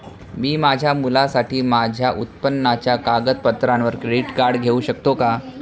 मी माझ्या मुलासाठी माझ्या उत्पन्नाच्या कागदपत्रांवर क्रेडिट कार्ड घेऊ शकतो का?